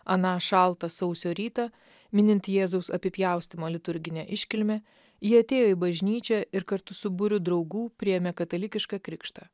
aną šaltą sausio rytą minint jėzaus apipjaustymo liturginę iškilmę ji atėjo į bažnyčią ir kartu su būriu draugų priėmė katalikišką krikštą